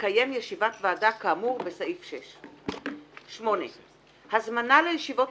לקיים ישיבת ועדה כאמור בסעיף 6. 8. הזמנה לישיבות